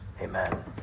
amen